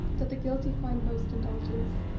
that the guilty find most indulgence.